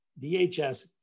DHS